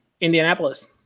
Indianapolis